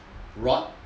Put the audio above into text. rod